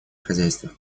хозяйство